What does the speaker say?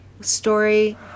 story